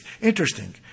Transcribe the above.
interesting